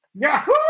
Yahoo